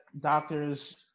doctors